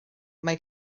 mae